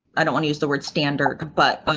i don't want to use the word standard, but,